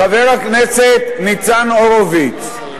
חבר הכנסת ניצן הורוביץ,